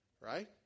Right